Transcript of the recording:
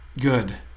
Good